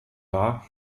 war